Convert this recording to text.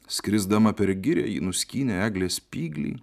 skrisdama per girią ji nuskynė eglės spyglį